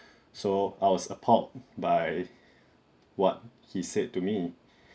so I was appalled by what he said to me